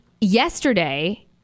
yesterday